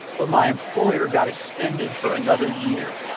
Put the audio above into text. but my employer got extended for another year.